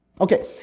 Okay